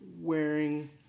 wearing